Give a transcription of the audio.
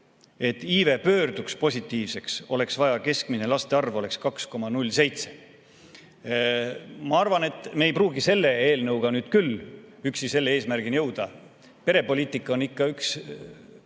et iive pöörduks positiivseks, oleks vaja, et keskmine laste arv oleks 2,07. Ma arvan, et me ei pruugi selle eelnõuga üksi nüüd küll selle eesmärgini jõuda. Perepoliitika on ikka üks